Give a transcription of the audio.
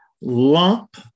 lump